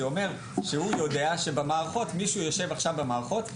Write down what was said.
זה אומר שהוא יודע שמישהו יושב עכשיו במערכות,